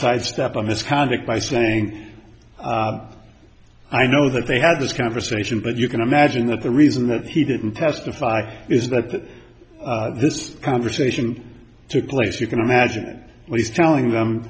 sidestep a misconduct by saying i know that they had this conversation but you can imagine that the reason that he didn't testify is that this conversation took place you can imagine what he's telling them